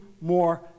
more